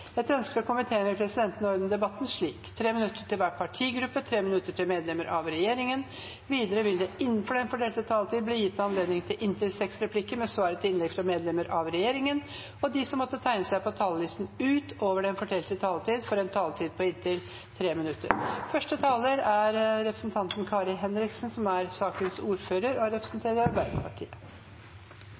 Etter ønske fra justiskomiteen vil presidenten ordne debatten slik: 3 minutter til hver partigruppe og 3 minutter til medlemmer av regjeringen. Videre vil det – innenfor den fordelte taletid – bli gitt anledning til inntil fem replikker med svar etter innlegg fra medlemmer av regjeringen, og de som måtte tegne seg på talerlisten utover den fordelte taletid, får også en taletid på inntil 3 minutter. Dette er